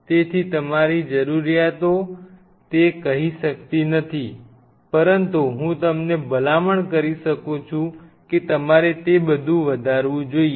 તેથી તમારી જરૂરિયાતો તે કહી શકતી નથી પરંતુ હું તમને ભલામણ કરી શકું છું કે તમારે તે બધુ વધારવું જોઈએ